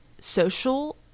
social